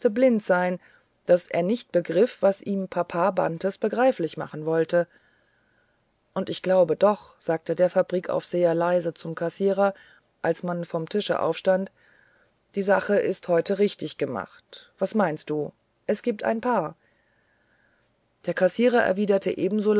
blind sein daß er nicht begriff was ihm papa bantes begreiflich machen wollte und ich glaube doch sagte der fabrikaufseher leise zum kassierer als man vom tische aufstand die sache ist heut richtig gemacht was meinst du es gibt ein paar der kassierer erwiderte ebenso